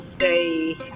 say